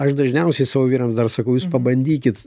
aš dažniausiai savo vyrams dar sakau jūs pabandykit